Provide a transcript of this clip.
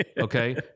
Okay